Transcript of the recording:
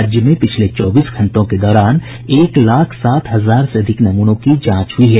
राज्य में पिछले चौबीस घंटों के दौरान एक लाख सात हजार से अधिक नमूनों की जांच हुई है